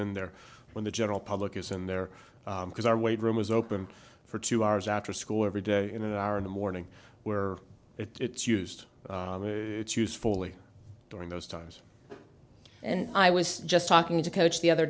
in there when the general public is in there because our weight room is open for two hours after school every day in an hour in the morning where it's used usefully during those times and i was just talking to coach the other